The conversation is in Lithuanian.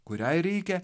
kuriai reikia